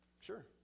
Sure